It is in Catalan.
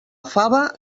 fava